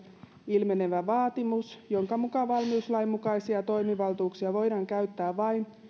ilmenevä vaatimus jonka mukaan valmiuslain mukaisia toimivaltuuksia voidaan käyttää vain